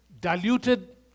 diluted